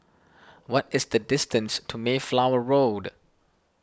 what is the distance to Mayflower Road